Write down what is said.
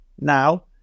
now